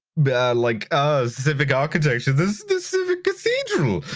yeah like civi architecture, this this is a cathedral,